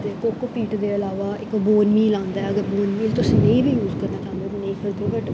ते कोकोपीट दे अलावा इक बोनमील आंदा ऐ अगर बोनमील तुस नेईं बी यूज करना चांह्दे ओ ते नेईं करदे ओ बट